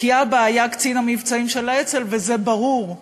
כי אבא היה קצין המבצעים של האצ"ל, וזה ברור,